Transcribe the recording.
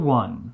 one